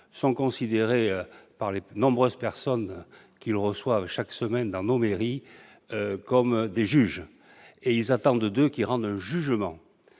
plus considérés, par les nombreuses personnes qu'ils reçoivent chaque semaine dans nos mairies, comme des juges : elles attendent d'eux qu'ils rendent un jugement.